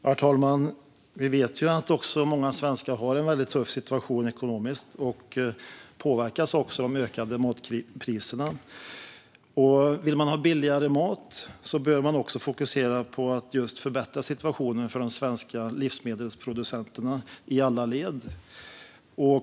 Herr talman! Vi vet också att många svenskar har en väldigt tuff ekonomisk situation och påverkas av de ökade matpriserna. Vill man ha billigare mat behöver man fokusera på att förbättra situationen för de svenska livsmedelsproducenterna, i alla led.